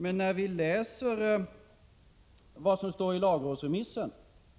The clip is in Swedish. Men i lagrådsremissen,